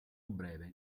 breve